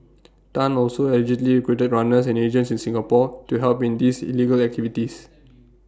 Tan also allegedly recruited runners and agents in Singapore to help in these illegal activities